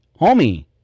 homie